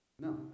No